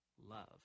love